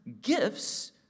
gifts